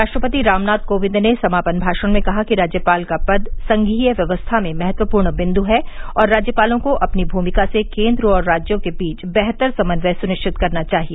राष्ट्रपति रामनाथ कोविन्द ने समापन भाषण में कहा कि राज्यपाल का पद संघीय व्यवस्था में महत्वपूर्ण बिन्द् है और राज्यपालों को अपनी भूमिका से केन्द्र और राज्यों के बीच बेहतर समन्वय सुनिश्चित करना चाहिए